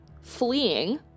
fleeing